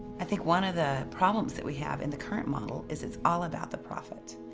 i think one of the problems that we have in the current model is it's all about the profit.